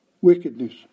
wickedness